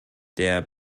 der